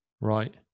Right